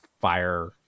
fire